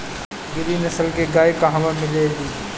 गिरी नस्ल के गाय कहवा मिले लि?